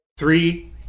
Three